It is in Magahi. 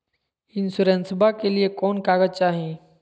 इंसोरेंसबा के लिए कौन कागज चाही?